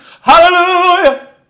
hallelujah